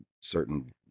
certain